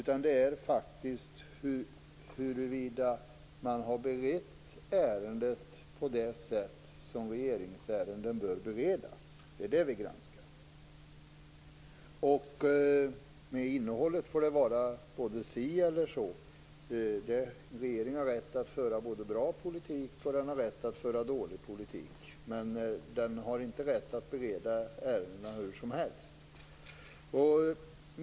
Det handlar faktiskt om huruvida man har berett ärendet på det sätt som regeringsärenden bör beredas; det är det vi granskar. Med innehållet får det vara både si och så. Regeringen har rätt att föra en bra politik, och den har rätt att föra en dålig politik. Men den har inte rätt att bereda ärendena hur som helst.